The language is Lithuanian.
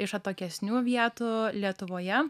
iš atokesnių vietų lietuvoje